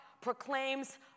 proclaims